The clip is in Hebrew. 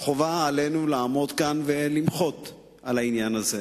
חובה עלינו לעמוד כאן ולמחות על העניין הזה.